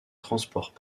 transport